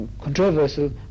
controversial